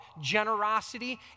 generosity